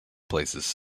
places